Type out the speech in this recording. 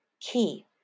key